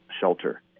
shelter